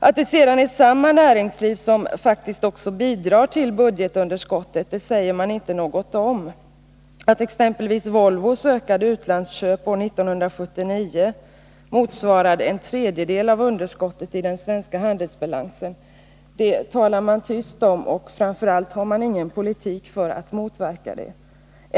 Att det sedan är samma näringsliv som faktiskt också bidrar till budgetunderskottet säger man inte något om. Att exempelvis Volvos ökade utlandsköp år 1979 motsvarade en tredjedel av underskottet i den svenska handelsbalansen — det talar man tyst om, och framför allt har man ingen politik för att motverka det.